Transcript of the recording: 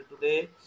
today